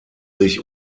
sich